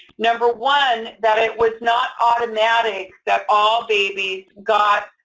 number one, that it was not automatic that all babies got